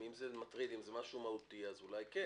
אם זה משהו מהותי אולי כן.